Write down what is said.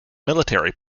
military